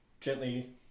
gently